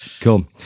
cool